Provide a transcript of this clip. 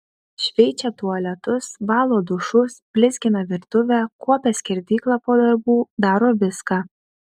šveičia tualetus valo dušus blizgina virtuvę kuopia skerdyklą po darbų daro viską